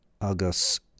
August